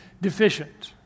deficient